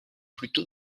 plutôt